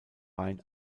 wein